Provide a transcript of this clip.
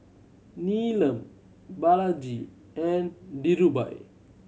Neelam Balaji and Dhirubhai